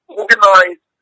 organize